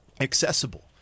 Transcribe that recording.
accessible